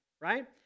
right